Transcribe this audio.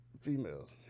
females